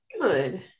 Good